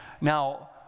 Now